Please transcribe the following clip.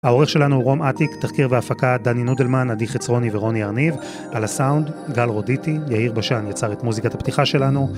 העורך שלנו הוא רום אטיק, תחקיר והפקה דני נודלמן, עדי חצרוני ורוני הרניב, על הסאונד גל רודיטי, יאיר בשן יצר את מוזיקת הפתיחה שלנו.